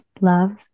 love